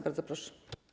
Bardzo proszę.